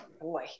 boy